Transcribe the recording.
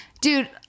dude